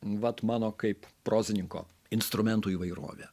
vat mano kaip prozininko instrumentų įvairovę